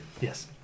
Yes